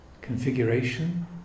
configuration